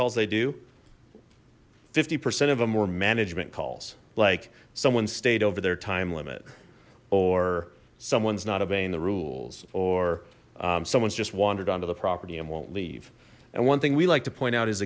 calls they do fifty percent of them were management calls like someone stayed over their time limit or someone's not obeying the rules or someone's just wandered onto the property and won't leave and one thing we like to point out is